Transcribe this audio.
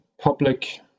public